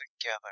together